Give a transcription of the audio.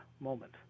moment